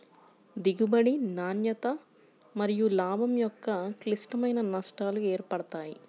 దిగుబడి, నాణ్యత మరియులాభం యొక్క క్లిష్టమైన నష్టాలు ఏర్పడతాయి